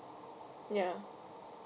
ya